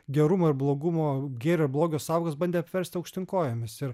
gerumo ir blogumo gėrio blogio sąvokas bandė apversti aukštyn kojomis ir